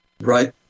Right